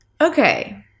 Okay